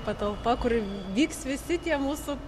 patalpa kur vyks visi tie mūsų